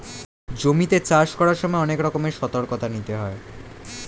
জমিতে চাষ করার সময় অনেক রকমের সতর্কতা নিতে হয়